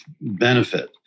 benefit